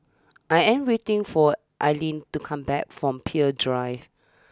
I am waiting for Ailene to come back from Peirce Drive